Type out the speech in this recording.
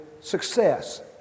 success